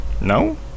no